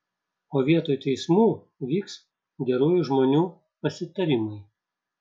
o vietoj teismų vyks gerųjų žmonių pasitarimai